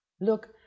look